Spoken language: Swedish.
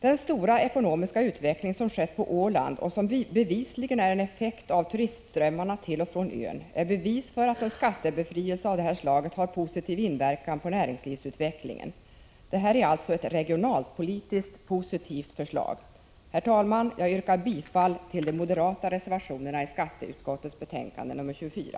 Den goda ekonomiska utveckling som har skett på Åland, och som bevisligen är en effekt av turistströmmarna till och från ön, är en bekräftelse på att en skattebefrielse av detta slag har en gynnsam inverkan på näringslivsutvecklingen. Det är alltså ett regionalpolitiskt positivt förslag som vi har lagt fram. Herr talman! Jag yrkar bifall till de moderata reservationerna till skatteutskottets betänkande 24.